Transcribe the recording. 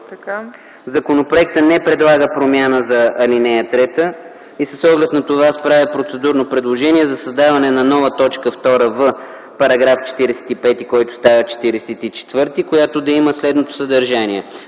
Законопроектът не предлага промяна за ал. 3 и с оглед на това аз правя процедурно предложение за създаване на нова т. 2 в § 45, който става § 44, която да има следното съдържание: